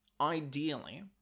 Ideally